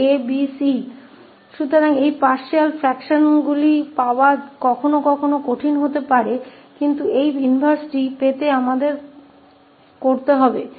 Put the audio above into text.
इसलिए कभी कभी इन आंशिक भिन्नों को प्राप्त करना कठिन हो सकता है लेकिन हमें यह प्रतिलोम प्राप्त करने के लिए करना होगा